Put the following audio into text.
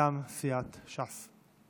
מטעם סיעת ש"ס.